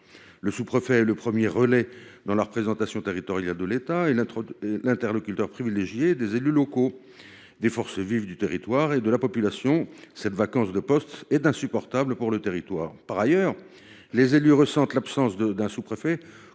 Le sous préfet est le premier relais dans la représentation territoriale de l’État et l’interlocuteur privilégié des élus locaux, des forces vives du territoire et de la population. Cette vacance de poste est insupportable pour le territoire. Les élus ressentent l’absence d’un sous préfet